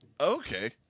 Okay